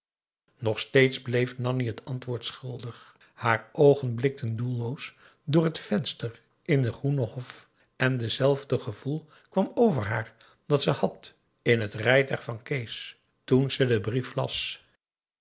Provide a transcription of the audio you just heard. nog steeds bleef nanni het antwoord schuldig haar oogen blikten doelloos door het venster in den groenen hof en hetzelfde gevoel kwam over haar dat ze had in het rijtuig van kees toen ze den brief las